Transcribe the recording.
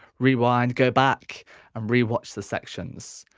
rewind, go back and rematch the sections.